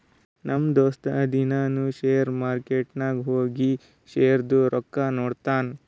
ನಮ್ ದೋಸ್ತ ದಿನಾನೂ ಶೇರ್ ಮಾರ್ಕೆಟ್ ನಾಗ್ ಹೋಗಿ ಶೇರ್ದು ರೊಕ್ಕಾ ನೋಡ್ತಾನ್